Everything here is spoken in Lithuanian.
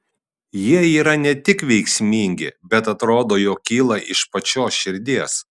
jie yra ne tik veiksmingi bet atrodo jog kyla iš pačios širdies